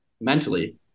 mentally